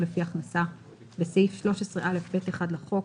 לפי הכנסה 7. בסעיף 13א(ב1) לחוק,